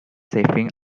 saving